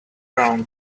around